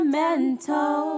mental